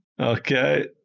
Okay